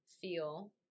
feel